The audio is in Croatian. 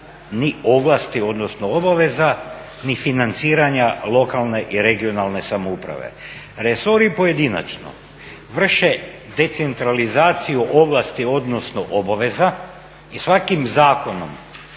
ni ovlasti, odnosno obaveza, ni financiranja lokalne i regionalne samouprave. Resori pojedinačno vrše decentralizaciju ovlasti, odnosno obaveza i svakim zakonom